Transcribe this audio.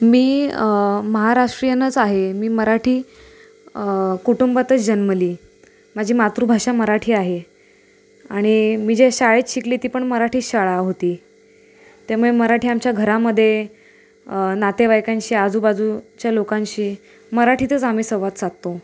मी महाराष्ट्रीयनच आहे मी मराठी कुटुंबातच जन्मले माझी मातृभाषा मराठी आहे आणि मी ज्या शाळेत शिकले ती पण मराठी शाळाच होती त्यामुळे मराठी आमच्या घरामध्ये नातेवाईकांशी आजूबाजूच्या लोकांशी मराठीतच आम्ही संवाद साधतो